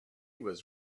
was